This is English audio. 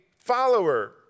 follower